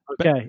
Okay